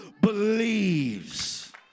believes